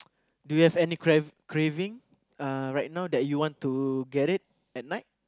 do you have any crav~ craving uh right now that you want to get it at night